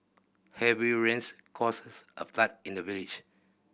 heavy rains causes a flood in the village